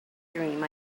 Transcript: dream